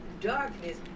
darkness